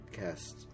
cast